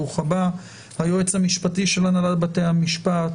ברוך הבא והיועץ המשפטי של הנהלת בתי המשפט,